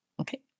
Okay